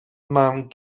mam